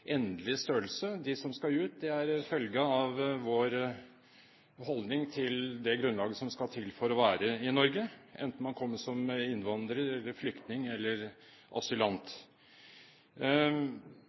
endelig størrelse. De som skal ut, skal ut som en følge av vår holdning til det grunnlaget som skal til for å være i Norge, enten man kommer som innvandrer eller flyktning eller asylant.